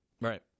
right